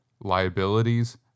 liabilities